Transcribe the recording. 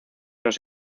los